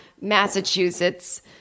Massachusetts